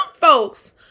folks